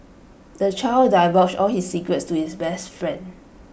the child divulged all his secrets to his best friend